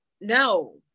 no